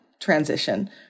transition